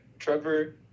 Trevor